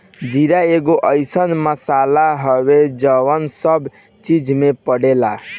जीरा एगो अइसन मसाला हवे जवन सब चीज में पड़ेला